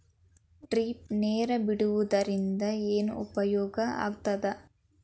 Drip ನೇರ್ ಬಿಡುವುದರಿಂದ ಏನು ಉಪಯೋಗ ಆಗ್ತದ?